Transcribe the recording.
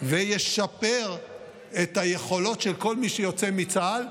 וישפר את היכולות של כל מי שיוצא מצה"ל,